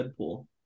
Deadpool